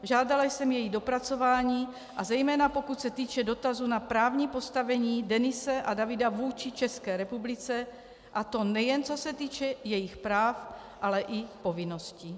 Žádala jsem její dopracování, a zejména pokud se týče dotazu na právní postavení Denise a Davida vůči České republice, a to nejen co se týče jejich práv, ale i povinností.